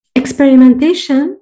experimentation